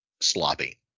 sloppy